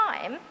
time